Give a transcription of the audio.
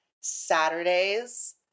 Saturdays